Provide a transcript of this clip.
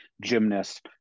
gymnast